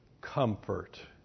comfort